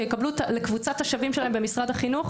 שיקבלו אותם לקבוצת השווים שלהם במשרד החינוך.